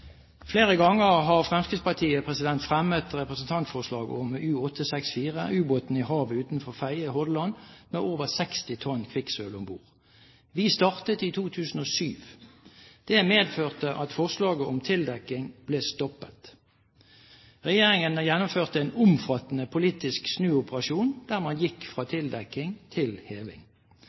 Flere ganger har Fremskrittspartiet fremmet representantforslag om U-864, ubåten i havet utenfor Fedje i Hordaland med over 60 tonn kvikksølv om bord. Vi startet i 2007. Det medførte at forslaget om tildekking ble stoppet. Regjeringen gjennomførte en omfattende politisk snuoperasjon, der man gikk fra tildekking til heving.